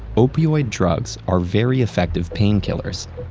opioid drugs are very effective painkillers,